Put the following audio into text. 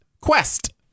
quest